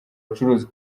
abacuruzi